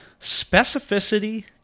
specificity